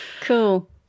Cool